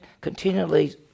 continually